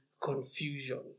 confusion